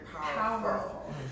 Powerful